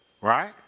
Right